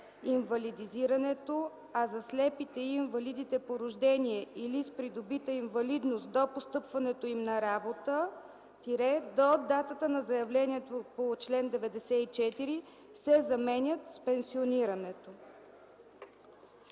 „инвалидизирането, а за слепите и инвалидите по рождение или с придобита инвалидност до постъпването им на работа – до датата на заявлението по чл. 94” се заменят с „пенсионирането”.